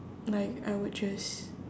like I would just